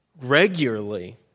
regularly